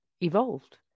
evolved